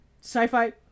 sci-fi